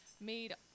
made –